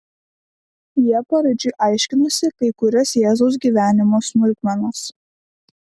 jie paraidžiui aiškinosi kai kurias jėzaus gyvenimo smulkmenas